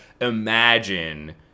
imagine